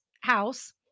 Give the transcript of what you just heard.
house